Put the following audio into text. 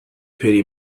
pity